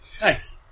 Nice